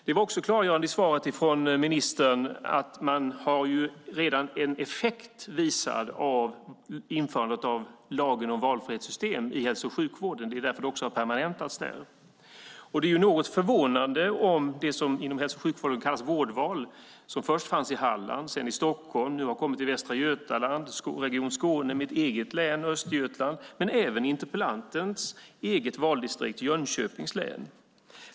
Det var också klargörande i svaret från ministern att det redan finns en visad effekt av införandet av lagen om valfrihetssystem i hälso och sjukvården. Det är därför det också har permanentats där. Inom hälso och sjukvården kallas det vårdval och fanns först i Halland och sedan i Stockholm. Nu har det kommit till Västra Götaland, Region Skåne, mitt eget län Östergötland men även till interpellantens eget valdistrikt Jönköpings län.